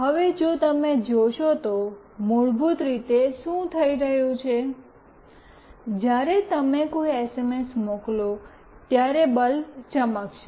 હવે જો તમે જોશો તો મૂળભૂત રીતે શું થઈ રહ્યું છે જ્યારે તમે કોઈ એસએમએસ મોકલો ત્યારે બલ્બ ચમકશે